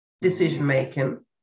decision-making